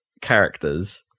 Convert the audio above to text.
characters